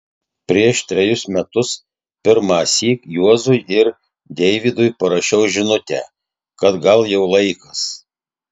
prieš trejus metus pirmąsyk juozui ir deivydui parašiau žinutę kad gal jau laikas